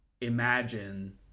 imagine